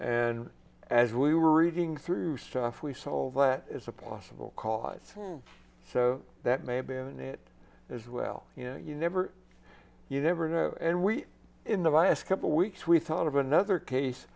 and as we were reading through stuff we saw that as a possible cause so that may have been it as well you know you never you never know and we in the last couple weeks we thought of another case